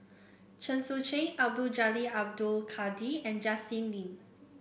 Chen Sucheng Abdul Jalil Abdul Kadir and Justin Lean